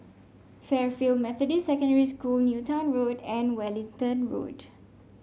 Fairfield Methodist Secondary School Newton Road and Wellington Road